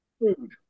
food